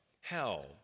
hell